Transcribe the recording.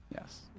Yes